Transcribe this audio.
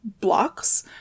blocks